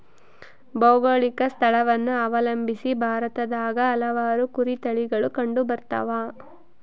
ಭೌಗೋಳಿಕ ಸ್ಥಳವನ್ನು ಅವಲಂಬಿಸಿ ಭಾರತದಾಗ ಹಲವಾರು ಕುರಿ ತಳಿಗಳು ಕಂಡುಬರ್ತವ